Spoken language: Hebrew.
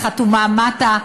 החתומה מטה.